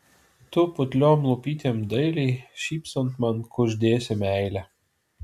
tu putliom lūputėm dailiai šypsant man kuždėsi meilę